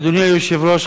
אדוני היושב-ראש,